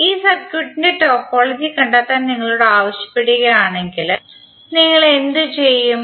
ഈ സർക്യൂട്ടിന്റെ ടോപ്പോളജി കണ്ടെത്താൻ നിങ്ങളോട് ആവശ്യപ്പെടുകയാണെങ്കിൽ നിങ്ങൾ എന്തു ചെയ്യും